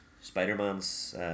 Spider-Man's